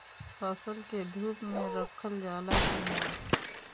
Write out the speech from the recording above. फसल के धुप मे रखल जाला कि न?